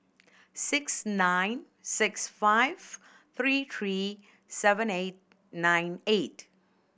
six nine six five three three seven eight nine eight